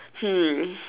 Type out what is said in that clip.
hmm